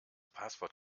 passwort